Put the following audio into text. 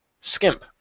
skimp